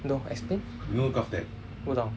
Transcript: no explain 不懂